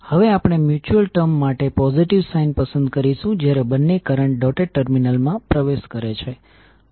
ફક્ત ફ્લક્સ 12એ કોઈલ 2 સાથે લીંક થયેલ છે આમ કોઈલ 2 માંથી ઉત્પન્ન થતો વોલ્ટેજ v2N2d12dtN2d12di1di1dtM21di1dt છે